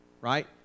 right